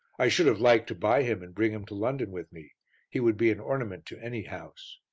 i should have liked to buy him and bring him to london with me he would be an ornament to any house.